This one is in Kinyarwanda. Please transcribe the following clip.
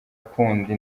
kundi